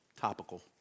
topical